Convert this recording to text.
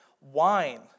wine